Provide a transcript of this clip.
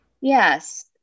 Yes